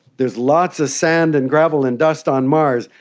there is lots of sand and gravel and dust on mars,